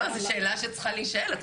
זאת שאלה שצריכה להישאל.